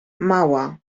mała